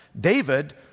David